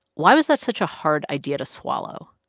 why was that such a hard idea to swallow?